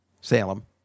Salem